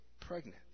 pregnant